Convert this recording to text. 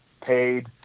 paid